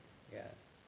ya